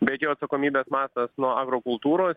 bet jo atsakomybės mastas nuo agrokultūros